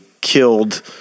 killed